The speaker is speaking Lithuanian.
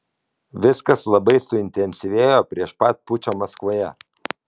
viskas labai suintensyvėjo prieš pat pučą maskvoje